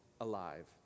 alive